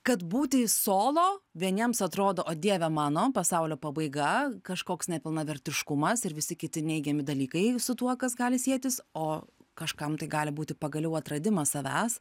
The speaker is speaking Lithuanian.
kad būti solo vieniems atrodo o dieve mano pasaulio pabaiga kažkoks nepilnavertiškumas ir visi kiti neigiami dalykai su tuo kas gali sietis o kažkam tai gali būti pagaliau atradimas savęs